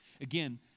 Again